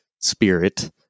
spirit